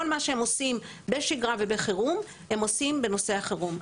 כל מה שהם עושים בשגרה ובחירום הם עושים בנושא החירום.